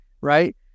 right